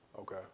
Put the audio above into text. Okay